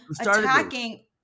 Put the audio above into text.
attacking